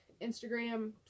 Instagram